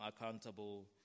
accountable